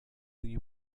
you